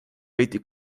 veidi